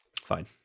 Fine